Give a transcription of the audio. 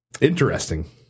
interesting